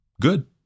good